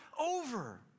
over